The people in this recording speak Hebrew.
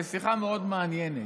לשיחה מאוד מעניינת.